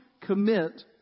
commit